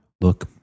Look